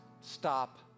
stop